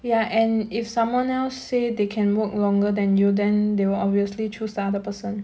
ya and if someone else say they can work longer than you then they will obviously choose the other person